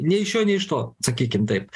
nei iš šio nei iš to sakykim taip